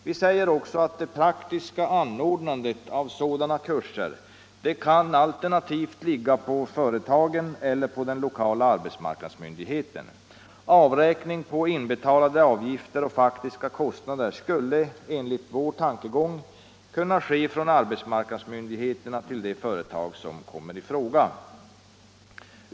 Vi säger också att det praktiska anordnandet av sådana kurser alternativt kan ligga på företagen eller på den lokala arbetsmarknadsmyndigheten. Avräkning på inbetalade avgifter och faktiska kostnader skulle, enligt vår tankegång, kunna ske från arbetsmarknadsmyndigheterna till de företag det gäller.